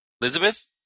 Elizabeth